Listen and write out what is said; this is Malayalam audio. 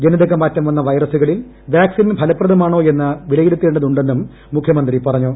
ജനിതകമാറ്റം വന്ന വൈറസുകളിൽ വാക്സിൻ ഫലപ്രദമാണോ എന്ന് വിലയിരുത്തേണ്ടതുണ്ടെന്നും മുഖ്യമന്ത്രി പറഞ്ഞു